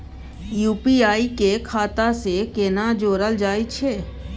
UPI के खाता सं केना जोरल जाए छै?